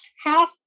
half